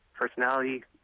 personality